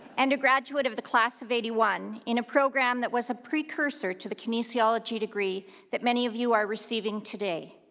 and a graduate of the class of eighty one in a program that was a precursor to the kinesiology degree that many of you are receiving today.